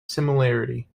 similarly